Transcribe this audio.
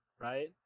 right